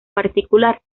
particular